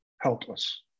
helpless